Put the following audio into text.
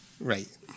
right